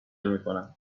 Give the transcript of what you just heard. میکنم